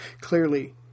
Clearly